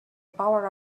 power